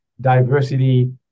diversity